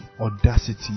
audacity